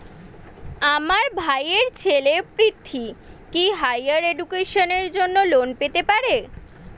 আমার ভাইয়ের ছেলে পৃথ্বী, কি হাইয়ার এডুকেশনের জন্য লোন পেতে পারে?